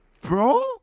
Bro